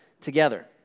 together